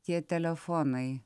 tie telefonai